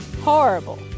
Horrible